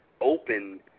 open